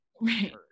Right